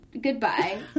goodbye